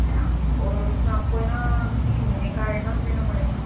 है ना और उसमें आपको है ना तीन महीने का एडवांस देना पड़ेगा